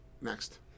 Next